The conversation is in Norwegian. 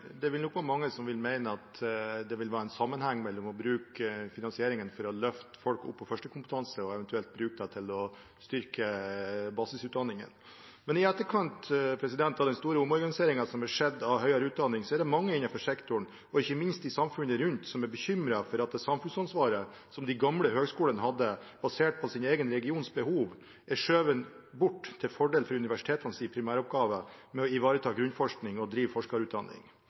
Det er nok mange som vil mene at det er en sammenheng mellom å bruke finansieringen til å løfte folk opp på førstekompetanse og eventuelt bruke den til å styrke basisutdanningen. I etterkant av den store omorganiseringen som har skjedd innen høyere utdanning, er det mange innenfor sektoren, og ikke minst i samfunnet rundt, som er bekymret for at samfunnsansvaret som de gamle høyskolene hadde – basert på sin egen regions behov – er skjøvet bort, til fordel for universitetenes primæroppgave med å ivareta grunnforskning og drive forskerutdanning.